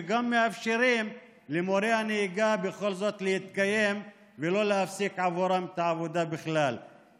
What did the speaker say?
ובכל זאת גם מאפשרים למורי הנהיגה להתקיים ולא להפסיק את העבודה בכלל.